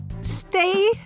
Stay